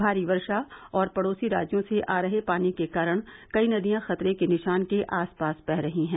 भारी वर्षा और पड़ोसी राज्यों से आ रहे पानी के कारण कई नदियां खतरे के निशान के आस पास बह रही हैं